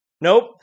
Nope